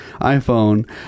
iPhone